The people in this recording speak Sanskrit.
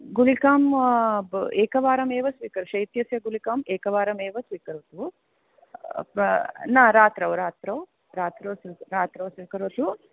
गुलिकां एकवारमेव स्वीक शैत्यस्य गुलिकां एकवारमेव स्वीकरोतु न रात्रौ रात्रौ रात्रौ रात्रौ स्वीकरोतु